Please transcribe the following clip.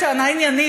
טענה עניינית,